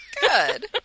Good